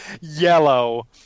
yellow